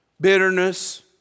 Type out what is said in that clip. bitterness